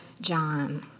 John